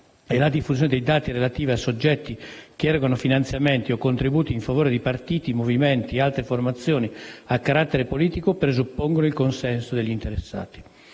e la diffusione dei dati relativi a soggetti che erogano finanziamenti o contributi in favore di partiti, movimenti e altre formazioni a carattere politico presuppongono il consenso degli interessati.